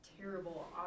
terrible